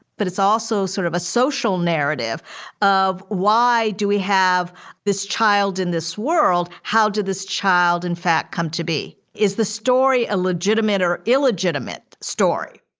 but it's also sort of a social narrative of why do we have this child in this world? how did this child, in fact, come to be? is the story a legitimate or illegitimate story?